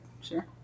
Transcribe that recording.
sure